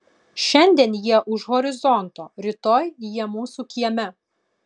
šiandien jie už horizonto rytoj jie mūsų kieme